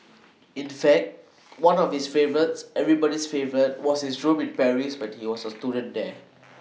in fact one of its favours everybody's favour was his room in Paris when he was A student there